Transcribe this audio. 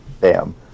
bam